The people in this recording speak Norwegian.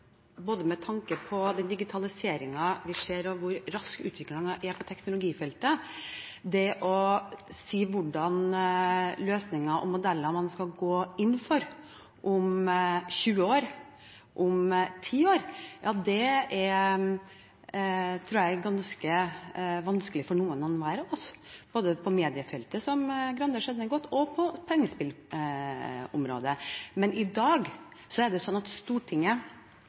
vi ser, og hvor raskt utviklingen er på teknologifeltet, så er det å si hvordan løsningen og modellene man skal gå inn for, er om 20 år, om 10 år, ganske vanskelig for noen hver av oss, både på mediefeltet, som Grande kjenner godt, og på pengespillområdet. Men i dag er det slik at Stortinget